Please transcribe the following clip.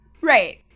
right